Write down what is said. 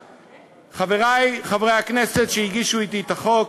חברי חברי הכנסת שהגישו אתי את החוק,